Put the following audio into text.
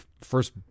first